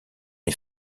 est